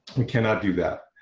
we cannot do that.